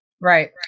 right